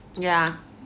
ya